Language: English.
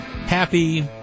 happy